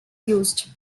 used